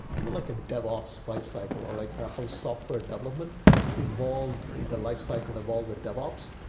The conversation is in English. even like a devops lifecycle or like how software development evolved in the lifecycle of all the devops.